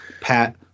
Pat